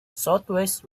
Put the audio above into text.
southwest